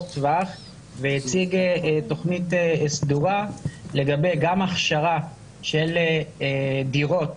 הטווח והציג תוכנית סדורה לגבי גם הכשרה של דירות